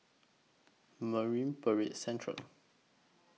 Marine Parade Central